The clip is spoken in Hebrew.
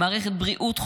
מערכת בריאות חולה,